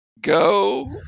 Go